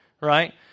right